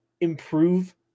improve